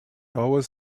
always